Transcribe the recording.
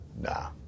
Nah